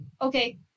Okay